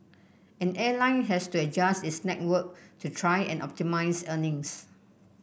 an airline has to adjust its network to try and optimise earnings